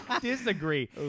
Disagree